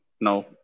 no